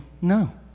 no